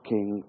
King